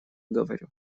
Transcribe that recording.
говорю